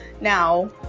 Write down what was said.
Now